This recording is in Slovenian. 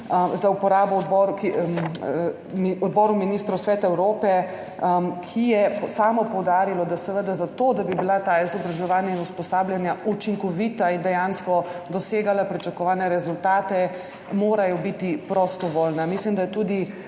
za uporabo Odboru ministrov Sveta Evrope, ki je samo poudarilo, da seveda zato, da bi bila ta izobraževanja in usposabljanja učinkovita in dejansko dosegala pričakovane rezultate, morajo biti prostovoljna. Mislim, da je tudi